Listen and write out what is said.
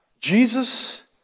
Jesus